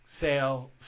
sale